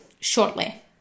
shortly